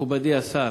מכובדי השר,